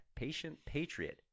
patientpatriot